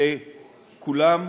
שכולם,